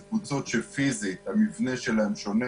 אלו קבוצות שפיזית המבנה שלהן שונה.